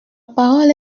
parole